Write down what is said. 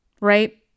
right